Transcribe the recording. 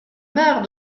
mère